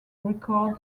record